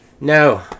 No